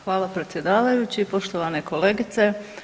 Hvala predsjedavajući, poštovane kolegice.